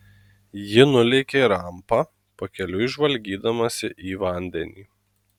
ji nulėkė rampa pakeliui žvalgydamasi į vandenį